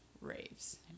raves